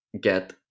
get